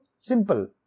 simple